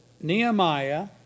Nehemiah